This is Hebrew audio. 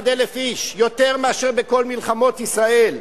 איש, יותר מאשר בכל מלחמות ישראל.